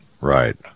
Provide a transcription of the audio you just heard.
Right